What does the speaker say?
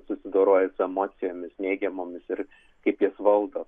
susidoroja su emocijomis neigiamomis ir kaip jas valdo